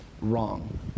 wrong